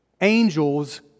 Angels